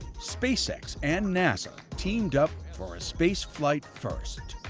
spacex and nasa teamed up for a spaceflight first.